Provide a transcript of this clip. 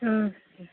اچھا